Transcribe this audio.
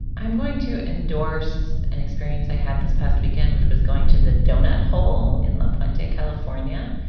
i'm going to endorse an experience i had this past weekend, which was going to the donut hole in lapointe's, california,